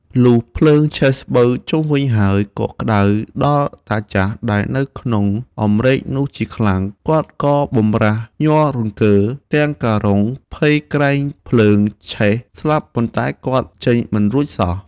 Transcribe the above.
លុះភ្លើងឆេះស្បូវជុំវិញហើយ ក៏ក្តៅដល់តាចាស់ដែលនៅក្នុងអំរែកនោះជាខ្លាំង គាត់ក៏បម្រាសញ័ររង្គើរទាំងការុងភ័យក្រែងភ្លើងឆេះស្លាប់ ប៉ុន្តែគាត់ចេញមិនរួចសោះ។